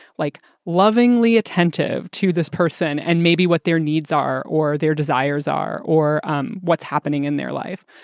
like, lovingly attentive to this person and maybe what their needs are or their desires are or um what's happening in their life.